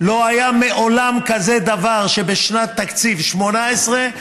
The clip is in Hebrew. לא היה מעולם כזה דבר שבשנת תקציב 2018,